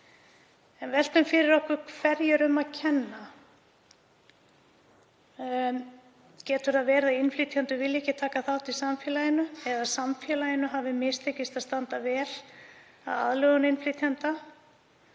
nú. Veltum fyrir okkur hverju er um að kenna. Getur verið að innflytjendur vilji ekki taka þátt í samfélaginu eða að samfélaginu hafi mistekist að standa vel að aðlögun innflytjenda?